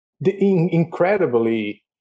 incredibly